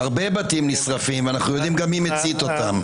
הרבה בתים נשרפים, אנחנו יודעים גם מי מצית אותם.